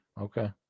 okay